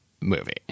movie